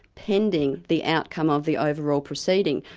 pending the outcome of the overall proceeding.